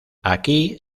aquí